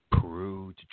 Peru